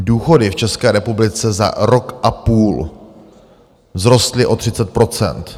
Důchody v České republice za rok a půl vzrostly o 30 %.